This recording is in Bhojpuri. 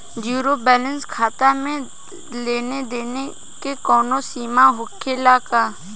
जीरो बैलेंस खाता में लेन देन के कवनो सीमा होखे ला का?